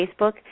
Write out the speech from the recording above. Facebook